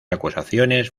acusaciones